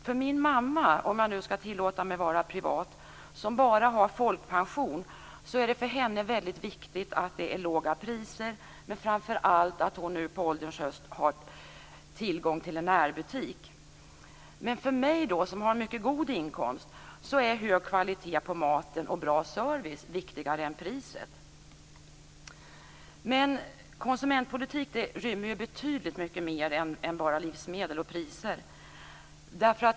För min mamma, om jag skall tillåta mig att vara privat, som bara har folkpension är det väldigt viktigt att det är låga priser men framför allt att hon på ålderns höst har tillgång till en närbutik. För mig, som har mycket god inkomst, är hög kvalitet på maten och bra service viktigare än priset. Men konsumentpolitik rymmer betydligt mycket mer än bara livsmedel och priser.